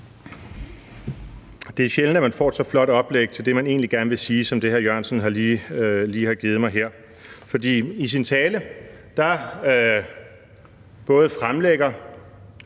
Det er sjældent, man får så flot et oplæg til det, man egentlig gerne vil sige, som det, hr. Jan E. Jørgensen lige har givet mig her. For i sin tale både fremlægger,